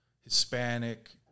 Hispanic